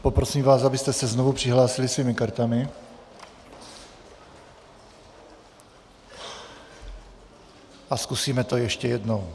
Poprosím vás, abyste se znovu přihlásili svými kartami, a zkusíme to ještě jednou.